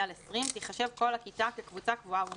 על 20 תיחשב כל הכיתה כקבוצה קבועה ונפרדת.